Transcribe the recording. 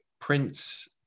Prince